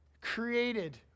Created